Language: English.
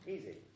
Easy